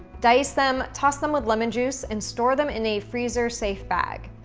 dice them, toss them with lemon juice, and store them in a freezer-safe bag.